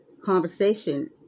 conversation